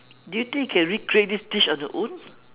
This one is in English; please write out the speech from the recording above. do you think you can recreate this dish on your own